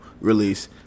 release